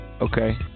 Okay